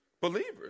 believers